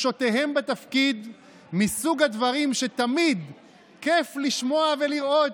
סבתא שלי הייתה אומרת: